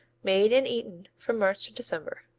made and eaten from march to december.